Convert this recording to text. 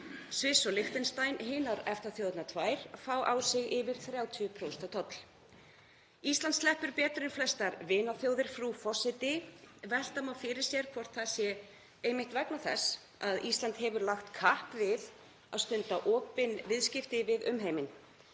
Sviss og Liechtenstein, hinar EFTA-þjóðirnar tvær, fá á sig yfir 30% toll. Ísland sleppur betur en flestar vinaþjóðir, frú forseti. Velta má fyrir sér hvort það sé einmitt vegna þess að Ísland hefur lagt kapp við að stunda opin viðskipti við umheiminn.